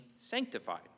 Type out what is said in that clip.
sanctified